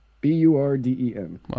B-U-R-D-E-N